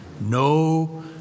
no